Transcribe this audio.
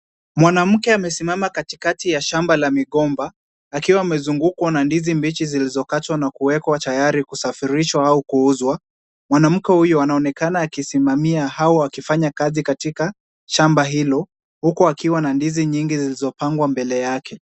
Mwanamke amesimama katikati ya shamba la migomba, akiwa amezungukwa na ndizi mbichi zilizokatwa na kuwekwa tayari kusafirishwa au kuuzwa. Mwanamke huyu anaonekana akisimamia hao wakifanya kazi katika shamba hilo, huku akiwa na ndizi nyingi zilizopangwa mbele yake.